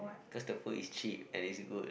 cause the food is cheap and is good